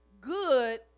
good